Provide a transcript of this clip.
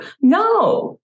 No